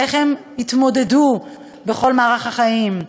איך הם התמודדו בכל מערך החיים,